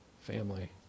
family